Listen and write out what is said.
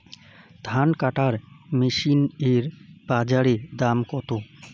ধান কাটার মেশিন এর বাজারে দাম কতো?